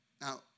Now